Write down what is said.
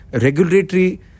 regulatory